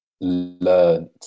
learned